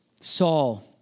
Saul